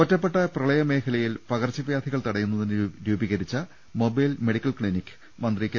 ഒറ്റപ്പെട്ട പ്രളയമേഖലയിൽ പകർച്ചവ്യാധികൾ തടയുന്നതിന് രൂപീ കരിച്ച മൊബൈൽ മെഡിക്കൽ ക്ലിനിക് മന്ത്രി കെ